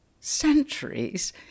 centuries